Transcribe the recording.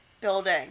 building